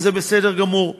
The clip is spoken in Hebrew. וזה בסדר גמור.